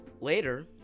Later